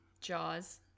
Jaws